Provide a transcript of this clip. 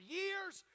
years